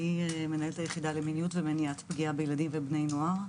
ואני מנהלת היחידה למיניות ומניעת פגיעה בילדים ובני נוער במשרד.